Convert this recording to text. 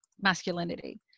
masculinity